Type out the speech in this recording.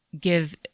give